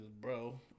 bro